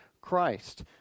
Christ